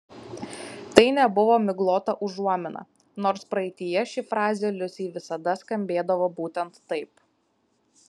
tai nebuvo miglota užuomina nors praeityje ši frazė liusei visada skambėdavo būtent taip